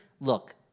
Look